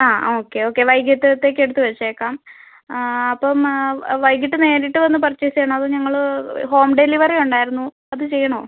ആ okay okay വൈകിട്ടത്തേക്ക് എടുത്ത് വച്ചേക്കാം അപ്പം വൈകിട്ട് നേരിട്ട് വന്ന് പർച്ചേസ് ചെയ്യണോ അതോ ഞങ്ങൾ ഹോം ഡെലിവറി ഉണ്ടായിരുന്നു അത് ചെയ്യണോ